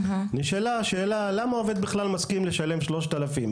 נשאלה השאלה מדוע עובד בכלל מסכים לשלם שלושת אלפים,